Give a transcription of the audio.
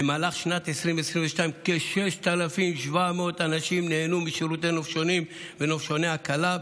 במהלך שנת 2022 כ-6,700 אנשים נהנו משירותי נופשונים ונופשוני "הקלה",